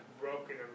broken